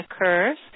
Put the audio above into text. occurs